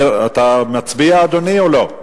אתה מצביע, אדוני, או לא?